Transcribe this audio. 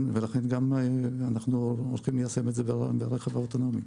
אנחנו הולכים ליישם את זה גם ברכב האוטונומי.